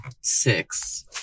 six